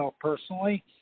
personally